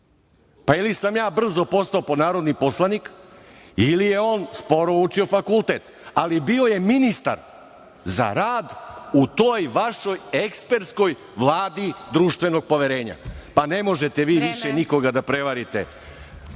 pa ili sam ja brzo postao narodni poslanik ili je on sporo učio fakultet, ali bio je ministar za rad u toj vašoj ekspertskoj vladi društvenog poverenja. **Elvira Kovač** Vreme.